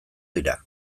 dira